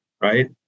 right